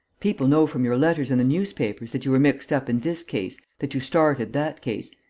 people know from your letters in the newspapers that you were mixed up in this case, that you started that case.